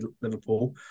Liverpool